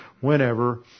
whenever